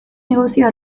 negozioa